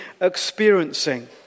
experiencing